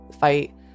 fight